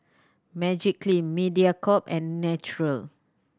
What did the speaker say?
Magiclean Mediacorp and Naturel